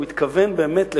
הוא התכוון באמת לכוח.